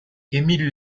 émile